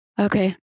Okay